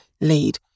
lead